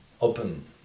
open